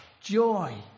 joy